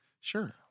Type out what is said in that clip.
Sure